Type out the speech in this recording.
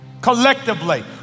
Collectively